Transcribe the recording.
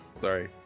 Sorry